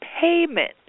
payment